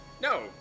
No